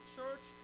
church